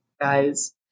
guys